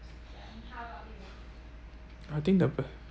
I think the b~